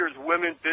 women